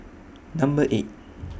Number eight